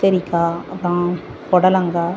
கத்தரிக்கா அப்புறம் புடலங்கா